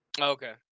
Okay